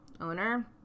owner